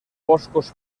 boscos